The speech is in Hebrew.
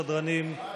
סדרנים,